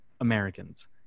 Americans